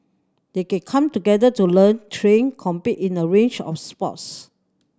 they can come together to learn train compete in a range of sports